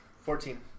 Fourteen